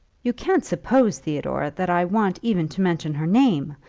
you can't suppose, theodore, that i want even to mention her name.